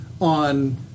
on